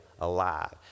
alive